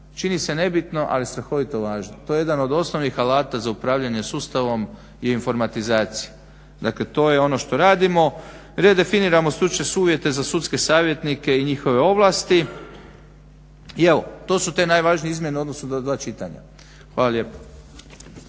Čini se nebitno ali strahovito važno. To je jedan od osnovnih alata za upravljanje sustavom i informatizacije. Dakle to je ono što radimo, redefiniramo stručne uvjete za sudske savjetnike i njihove ovlasti. I evo, to su te najvažnije izmjene u odnosu na dva čitanja. Hvala lijepa.